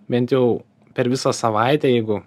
bent jau per visą savaitę jeigu